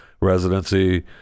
residency